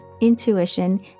intuition